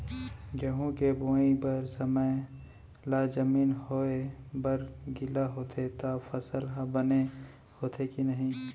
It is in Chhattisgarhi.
गेहूँ के बोआई बर समय ला जमीन होये बर गिला होथे त फसल ह बने होथे की नही?